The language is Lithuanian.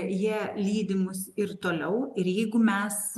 jie lydi mus ir toliau ir jeigu mes